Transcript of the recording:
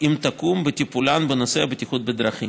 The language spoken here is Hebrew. אם תקום, לטיפול בנושא הבטיחות בדרכים.